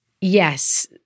yes